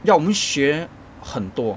要我们学很多